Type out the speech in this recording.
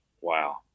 wow